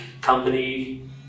company